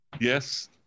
yes